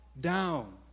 down